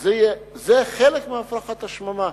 שזה חלק מהפרחת השממה.